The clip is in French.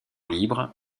libre